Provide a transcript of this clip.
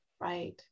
right